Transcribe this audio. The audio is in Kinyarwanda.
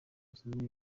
usome